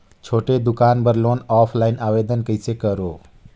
छोटे दुकान बर लोन ऑफलाइन आवेदन कइसे करो?